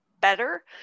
better